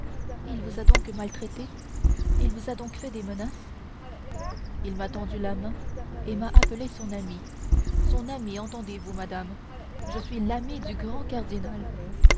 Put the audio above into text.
il vous a donc maltraité il vous a donc fait des menaces il m'a tendu la main et m'a appelé son ami son ami entendez-vous madame je suis l'ami du grand cardinal